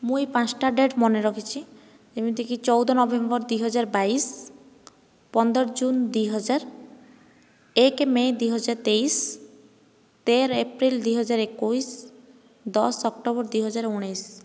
ମୁଇଁ ପାଞ୍ଚଟା ଡେଟ୍ ମନେ ରଖିଛି ଯେମିତିକି ଚଉଦ ନଭେମ୍ବର ଦୁଇ ହଜାର ବାଇଶ ପନ୍ଦର ଜୁନ ଦୁଇ ହଜାର ଏକ ମେ ଦୁଇ ହଜାର ତେଇଶ ତେର ଏପ୍ରିଲ ଦୁଇ ହଜାର ଏକୋଇଶ ଦଶ ଅକ୍ଟୋବର ଦୁଇ ହଜାର ଉଣେଇଶ